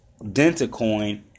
DentaCoin